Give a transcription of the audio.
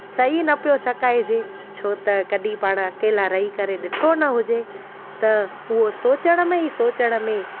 सही न पियो सकाएजे छो त कॾी पाण अकेला रही करे ॾिठो न हुजे त उहो सोचण में ई सोचण में